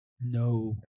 No